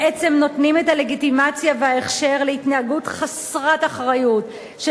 בעצם נותנים את הלגיטימציה וההכשר להתנהגות חסרת אחריות של